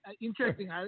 interesting